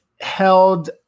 held